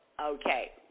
okay